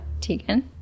Tegan